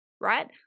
right